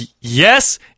yes